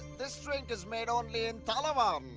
this drink is made only in talavana, um